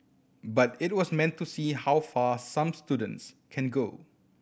but it was meant to see how far some students can go